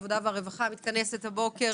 ועדת העבודה והרווחה מתכנסת הבוקר,